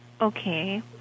Okay